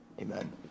Amen